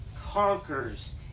conquers